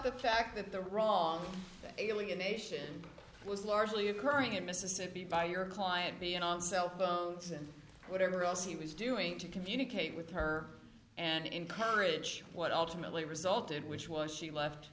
the fact that the wrong alienation was largely occurring in mississippi by your client being on cellphones and whatever else he was doing to communicate with her and encourage what ultimately resulted which was she left